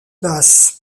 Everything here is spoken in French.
basse